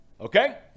Okay